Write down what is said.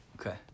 Okay